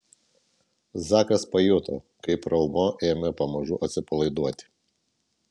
zakas pajuto kaip raumuo ėmė pamažu atsipalaiduoti